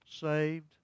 Saved